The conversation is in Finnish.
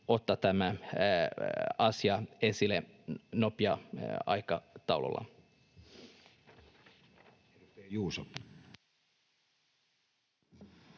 ottaa tämän asian esille nopealla aikataululla.